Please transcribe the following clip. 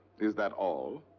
is that all?